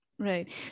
Right